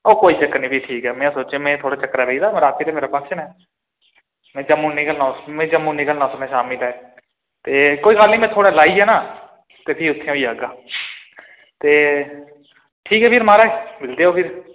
ओह् कोई चक्कर निं भी ठीक ऐ में सोचेआ में थोह्ड़े चक्करें पेई दा ते रातीं ते मेरा फंक्शन ऐ में जम्मू निकलना में जम्मू निकलना उस दिन शामीं लै ते कोई गल्ल निं में थुआढ़े लाइयै ना फ्ही उत्थै होई जाह्गा ते ठीक ऐ फिर माराज मिलदे ओ फ्ही